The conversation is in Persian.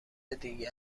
دیگه